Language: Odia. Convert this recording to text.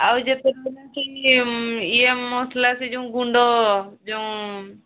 ଆଉ ଯେତେକ ରହିଲା ଇଏ ମସଲା ଯେଉଁ ଗୁଣ୍ଡ ଯେଉଁ